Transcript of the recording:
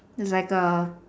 like a